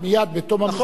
מייד בתום המשחק אתה יכול,